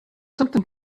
something